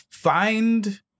Find